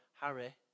Harry